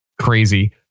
crazy